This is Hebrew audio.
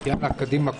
11:30.